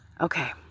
Okay